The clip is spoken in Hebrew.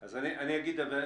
אז אני אגיד את זה.